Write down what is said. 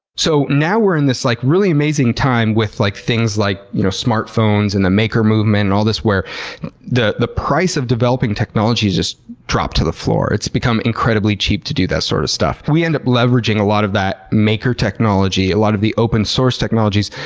so now we're in this like really amazing time with like things like you know smart phones and the maker movement and all this, where the the price of developing technology has just dropped to the floor. it's become incredibly cheap to do that sort of stuff. we ended up leveraging a lot of that maker technology, a lot of the open source technologies,